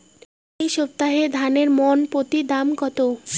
এই সপ্তাহে ধানের মন প্রতি দাম কত?